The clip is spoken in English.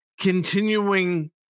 continuing